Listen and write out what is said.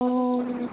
অ